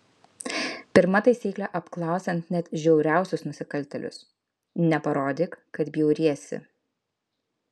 pirma taisyklė apklausiant net žiauriausius nusikaltėlius neparodyk kad bjauriesi